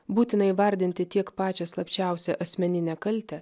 būtina įvardinti tiek pačią slapčiausią asmeninę kaltę